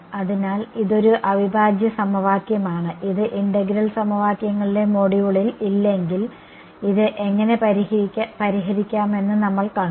അതിനാൽ ഇതൊരു അവിഭാജ്യ സമവാക്യമാണ് ഇത് ഇന്റഗ്രൽ സമവാക്യങ്ങളിലെ മൊഡ്യൂളിൽ ഇല്ലെങ്കിൽ ഇത് എങ്ങനെ പരിഹരിക്കാമെന്ന് നമ്മൾ കണ്ടു